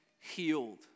healed